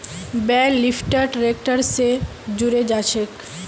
बेल lifter tractor स जुड़े जाछेक